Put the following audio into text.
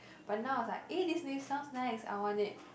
but now it's like eh this name sounds nice I want it